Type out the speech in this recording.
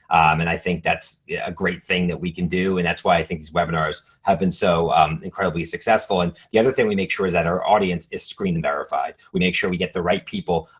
and i think that's yeah a great thing that we can do. and that's why i think these webinars have been so incredibly successful. and the other thing we make sure is that our audience is screened verified. we make sure we get the right people.